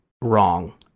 wrong